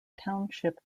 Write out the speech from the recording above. township